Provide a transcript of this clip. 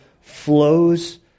flows